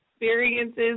experiences